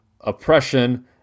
oppression